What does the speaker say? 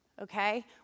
okay